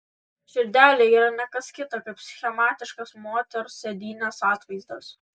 širdelė yra ne kas kita kaip schematiškas moters sėdynės atvaizdas